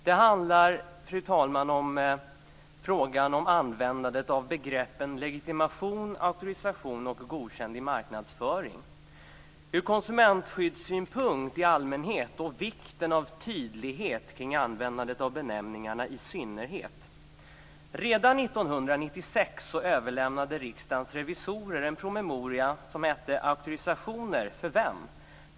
Det handlar, fru talman, om frågan om användandet av begreppen "legitimation", "auktorisation" och "godkänd" i marknadsföring ur konsumentskyddssynpunkt i allmänhet och vad gäller vikten av tydlighet kring användandet av benämningarna i synnerhet. Redan 1996 överlämnade Riksdagens revisorer en promemoria som hette Auktorisationer - för vem?